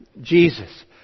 Jesus